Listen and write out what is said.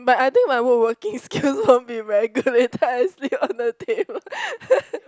but I think my woodworking skills won't be very good later I sleep on the table